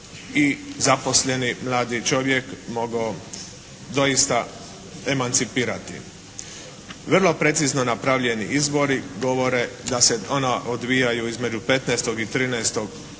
i zaposleni mladi čovjek mogao doista emancipirati. Vrlo precizno napravljeni izbori govore da se ona odvijaju između 15. i 13.